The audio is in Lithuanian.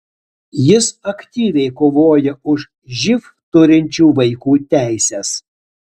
jis aktyviai kovojo už živ turinčių vaikų teises